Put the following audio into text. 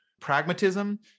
pragmatism